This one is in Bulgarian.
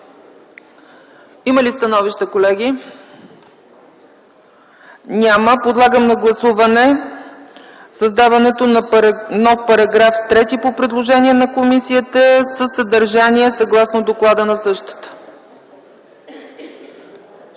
Има ли становища, колеги? Няма. Подлагам на гласуване създаването на нов § 3 по предложение на комисията със съдържание съгласно доклада на същата.